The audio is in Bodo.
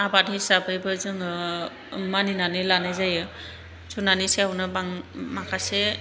आबाद हिसाबैबो जोङो मानिनानै लानाय जायो जुनारनि सायावनो माखासे